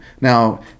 Now